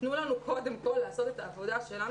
תנו לנו קודם כל לעשות את העבודה שלנו